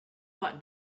what